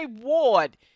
Ward